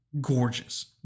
gorgeous